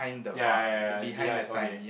ya ya ya it's behind okay